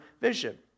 vision